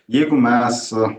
jeigu mes